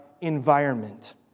environment